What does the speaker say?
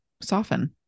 soften